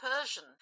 persian